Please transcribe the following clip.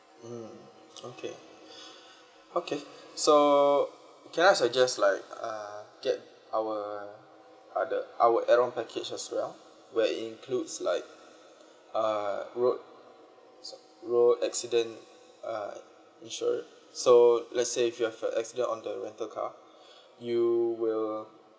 hmm okay okay so can I suggest like uh get our other our add on package as well where it includes like uh road road accident uh insure so let's say if you have a accident on the rental car you will